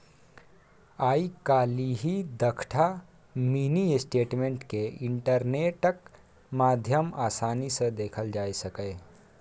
आइ काल्हि दसटा mini statement केँ इंटरनेटक माध्यमे आसानी सँ देखल जा सकैए